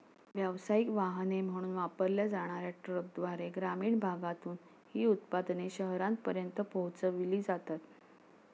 व्यावसायिक वाहने म्हणून वापरल्या जाणार्या ट्रकद्वारे ग्रामीण भागातून ही उत्पादने शहरांपर्यंत पोहोचविली जातात